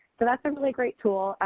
so, that's a really great tool.